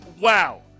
wow